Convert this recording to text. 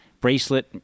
bracelet